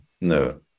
No